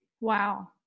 Wow